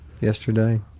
yesterday